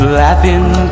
laughing